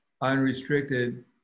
unrestricted